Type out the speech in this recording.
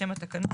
בשם התקנות,